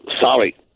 sorry